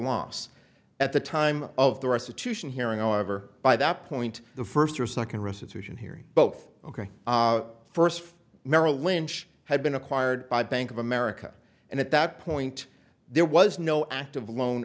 loss at the time of the restitution hearing over by that point the first or second resolution here both ok first merrill lynch had been acquired by bank of america and at that point there was no active loan